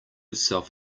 self